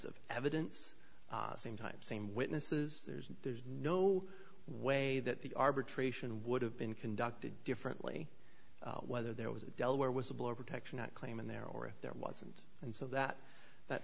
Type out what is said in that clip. of evidence same time same witnesses there's there's no way that the arbitration would have been conducted differently whether there was a delaware whistleblower protection act claim in there or if there wasn't and so that that